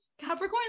Capricorn